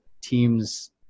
teams